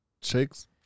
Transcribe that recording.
chicks